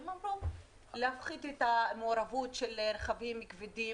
והם אמרו להפחית את המעורבות של רכבים כבדים